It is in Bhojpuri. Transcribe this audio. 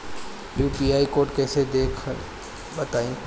यू.पी.आई कोड कैसे देखब बताई?